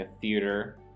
theater